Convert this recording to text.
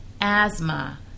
Asthma